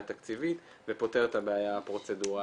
תקציבית ופותר את הבעיה הפרוצדוראלית.